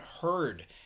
heard